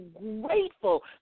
grateful